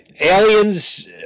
Aliens